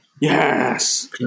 Yes